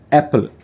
apple